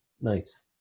Nice